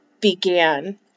began